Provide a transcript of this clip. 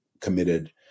committed